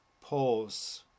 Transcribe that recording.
pause